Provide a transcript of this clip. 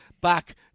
back